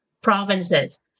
provinces